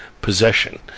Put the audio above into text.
possession